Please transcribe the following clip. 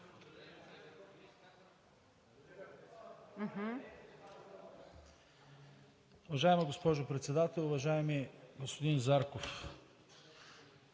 Уважаема госпожо Председател, уважаеми господин Зарков!